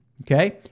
Okay